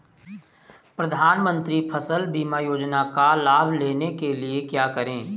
प्रधानमंत्री फसल बीमा योजना का लाभ लेने के लिए क्या करें?